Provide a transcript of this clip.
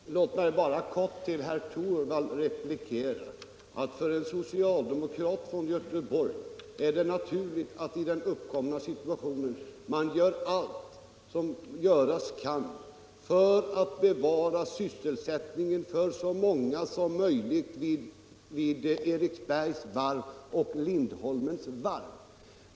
Herr talman! Låt mig bara replikera herr Torwald med att säga att för en socialdemokrat från Göteborg är det naturligt att man i den uppkomna situationen gör allt som göras kan för att bevara sysselsättningen för så många som möjligt vid Eriksbergs varv och Lindholmens varv.